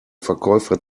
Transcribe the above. verkäufer